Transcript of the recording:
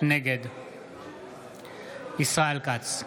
נגד ישראל כץ,